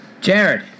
Jared